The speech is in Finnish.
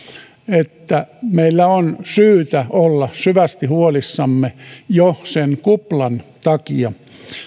että meidän on syytä olla syvästi huolissamme jo sen kuplan takia